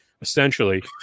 essentially